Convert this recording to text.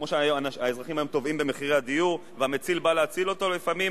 כמו שאנשים טובעים היום במחירי הדיור והמציל בא להציל אותם ולפעמים